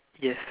yes